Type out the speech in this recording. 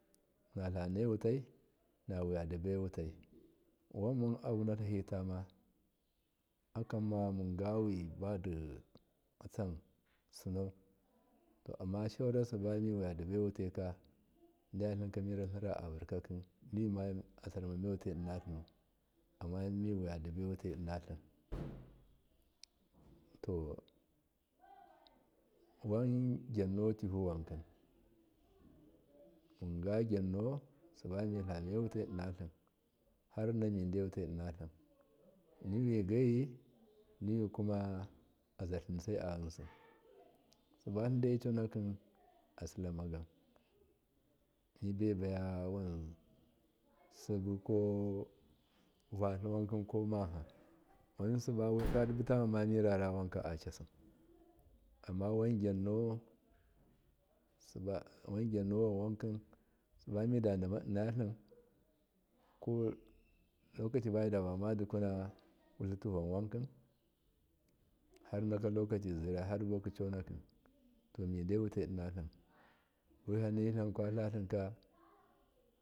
Natlanewutai nuwuya dibai wutai wanmuavuna flahitama akamma mugawibadi atsa sinau to amma saura sabamiwadibai wutaika deyatlimka maratlimra avarkaki niwima asar mame wutai innatlimu amma miwiyadibiu wutai innatlim to wangyanotiviwanki mun ga gyannowan sibami tlame wutalltlim har nina midaiwutai innatlim riwi gaiyi ni wikuma azartlinsaavinsi subatlin daivi conakin asilamagam mebebaua wansibu vatliwankinai ko maha wamma wayaka dibi tamama mirara wanka anna wan gyanne wan wankin sibamidadima innatlin kolakacibu midabama dubuna wutlituvan wanki har na lokoci dizire harbuwaki conaki midi innatlim wihwa nitlim kwatlathmka.